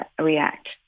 react